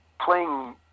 playing